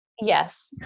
yes